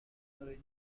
original